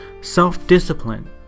Self-discipline